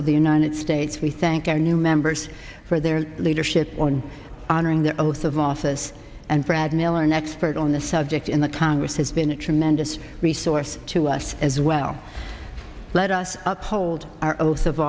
of the united states we thank our new members for their leadership on honoring their oath of office and brad miller an expert on the subject in the congress has been a tremendous resource to us as well let us uphold our oath of